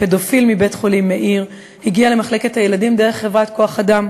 הפדופיל מבית-החולים מאיר הגיע למחלקת הילדים דרך חברת כוח-אדם,